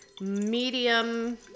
Medium